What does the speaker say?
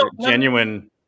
genuine